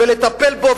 לטפל בו,